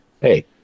hey